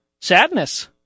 sadness